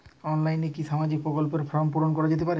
অনলাইনে কি সামাজিক প্রকল্পর ফর্ম পূর্ন করা যেতে পারে?